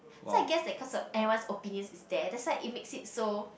so I guess that cause the everyone opinions is there that's why it makes it so